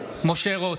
משה רוט,